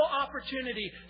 opportunity